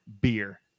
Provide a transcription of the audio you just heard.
beer